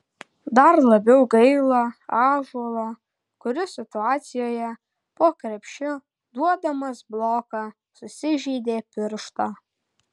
dar labiau gaila ąžuolo kuris situacijoje po krepšiu duodamas bloką susižeidė pirštą